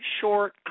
short